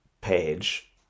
page